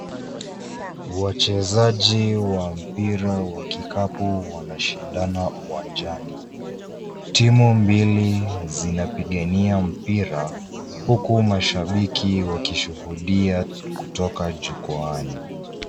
Wachezaji wa mpira wa kikapu wanashindana uwanjani. Timu mbili zinapigania mpira huku mashabiki wakishuhudia kutoka jukwaani.